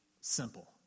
Simple